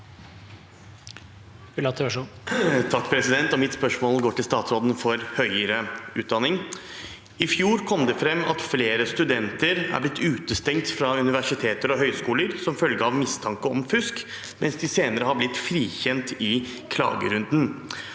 Mitt spørsmål går til statsråden for høyere utdanning. I fjor kom det fram at flere studenter er blitt utestengt fra universiteter og høyskoler som følge av mistanke om fusk, mens de senere er blitt frikjent i klagerunden.